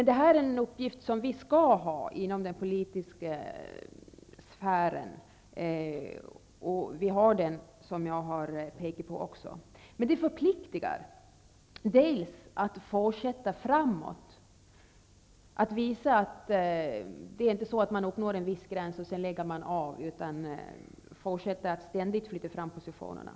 Detta är en uppgift som vi har och skall ha inom den politiska sfären. Men det förpliktigar att fortsätta framåt och visa att man inte bara uppnår en viss gräns och sedan lägger av, utan att man ständigt flyttar fram positionerna.